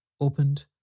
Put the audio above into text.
opened